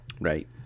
Right